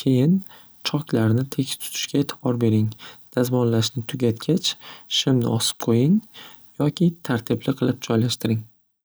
choklarni tekis tutishga e'tibor bering dazmollashni tugatgach, shimni osib qo'ying yoki tartibli qilib joylashtiring.